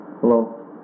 Hello